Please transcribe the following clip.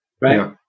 Right